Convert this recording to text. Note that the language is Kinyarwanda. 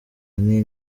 nti